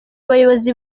bayobozi